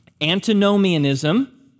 Antinomianism